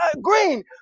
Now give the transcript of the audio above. green